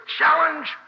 challenge